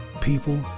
people